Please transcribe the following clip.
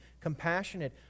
compassionate